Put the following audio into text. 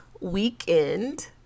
Weekend